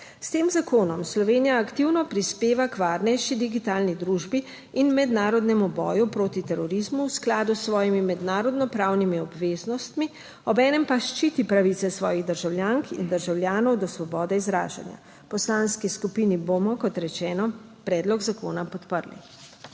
S tem zakonom Slovenija aktivno prispeva k varnejši digitalni družbi in mednarodnemu boju proti terorizmu v skladu s svojimi mednarodno pravnimi obveznostmi, obenem pa ščiti pravice svojih državljank in državljanov do svobode izražanja. V poslanski skupini bomo, kot rečeno, predlog zakona podprli.